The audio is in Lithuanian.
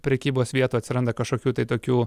prekybos vietų atsiranda kažkokių tai tokių